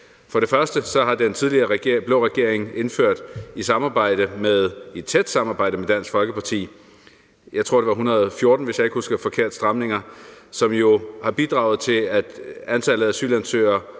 For det første har den tidligere blå regering i tæt samarbejde med Dansk Folkeparti indført 114 stramninger, hvis jeg ikke husker forkert, som jo har bidraget til, at antallet af asylansøgere